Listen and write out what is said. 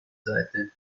seite